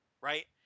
right